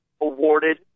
awarded